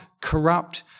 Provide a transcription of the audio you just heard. corrupt